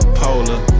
polar